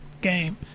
game